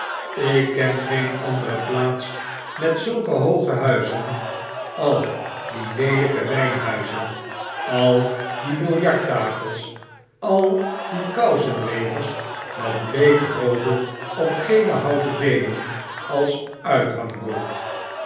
ik ken geen andere plaats met zulke hooge huizen al die leelpe wynhuizen al die biljarttafels al diekousenwevers met bleek roode of gele houten beenen als uithangbord